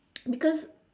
because